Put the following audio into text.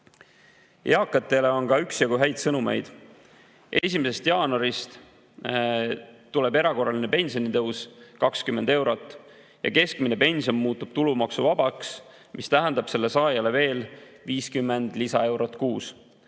Eakatele on ka üksjagu häid sõnumeid. 1. jaanuarist tuleb erakorraline pensionitõus 20 eurot ja keskmine pension muutub tulumaksuvabaks, mis tähendab selle saajale veel 50 lisaeurot kuus,